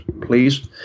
please